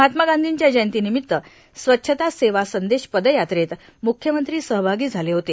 महात्मा गांधींच्या जयंतीनिमित्त स्वच्छता सेवा संदेश पदयात्रेत मुख्यमंत्री सहभागी झाले होते